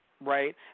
right